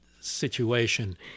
situation